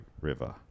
River